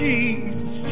Jesus